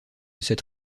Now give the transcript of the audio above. cette